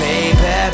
Baby